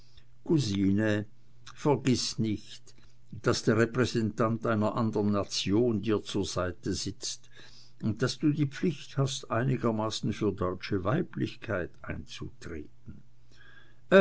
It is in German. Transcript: cousine vergiß nicht daß der repräsentant einer andern nation dir zur seite sitzt und daß du die pflicht hast einigermaßen für deutsche weiblichkeit einzutreten